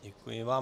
Děkuji vám.